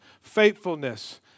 faithfulness